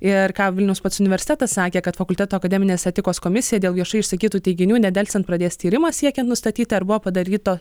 ir ką vilniaus pats universitetas sakė kad fakulteto akademinės etikos komisija dėl viešai išsakytų teiginių nedelsiant pradės tyrimą siekiant nustatyti ar buvo padaryto